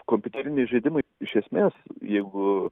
kompiuteriniai žaidimai iš esmės jeigu